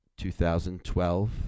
2012